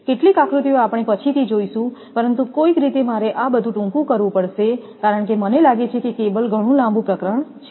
કેટલીક આકૃતિઓ આપણે પછી થી જોઈશું પરંતુ કોઈક રીતે મારે આ બધું ટૂંકું કરવું પડશે કારણ કે મને લાગે છે કે કેબલ ઘણું લાંબુ પ્રકરણ છે